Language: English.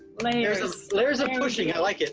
layers of layers of pushing, i like it,